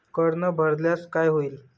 कर न भरल्यास काय होईल?